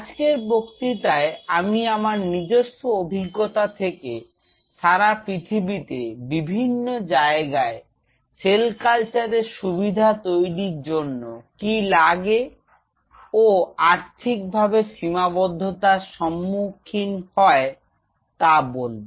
আজকের বক্তৃতায় আমি আমার নিজস্ব অভিজ্ঞতা থেকে সারা পৃথিবীতে বিভিন্ন জায়গায় সেল কালচারের সুবিধা তৈরীর জন্য কি কি লাগে ও আর্থিকভাবে সীমাবদ্ধতার সম্মুখীন হয় তা বলব